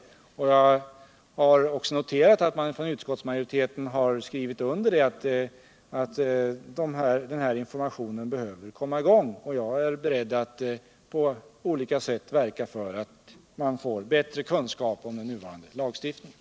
Jag har också noterat att utskottsmujoriteten har skrivit att denna information behöver komma i gång, och jag är beredd att på olika sätt verka för bättre kunskap om den nuvarande lagstiftningen.